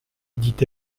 dit